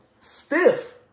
stiff